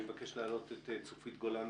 אני מבקש להעלות את צופית גולן,